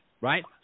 right